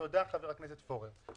תודה, חבר הכנסת פורר.